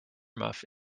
muff